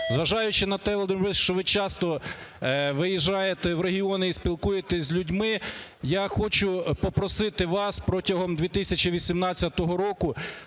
Зважаючи на те, Володимир Борисович, що ви часто виїжджаєте в регіони і спілкуєтесь з людьми, я хочу попросити вас, протягом 2018 року,